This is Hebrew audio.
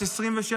בת 27,